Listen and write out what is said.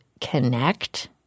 connect